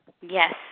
Yes